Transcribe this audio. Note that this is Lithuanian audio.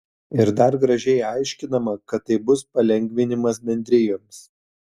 ir dar gražiai aiškinama kad tai bus palengvinimas bendrijoms